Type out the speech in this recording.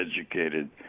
educated